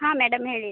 ಹಾಂ ಮೇಡಮ್ ಹೇಳಿ